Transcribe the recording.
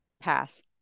Pass